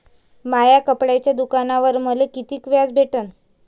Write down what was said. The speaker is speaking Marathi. माया कपड्याच्या दुकानावर मले कितीक व्याज भेटन?